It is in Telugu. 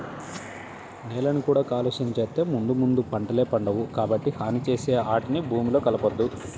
నేలని కూడా కాలుష్యం చేత్తే ముందు ముందు పంటలే పండవు, కాబట్టి హాని చేసే ఆటిని భూమిలో కలపొద్దు